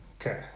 Okay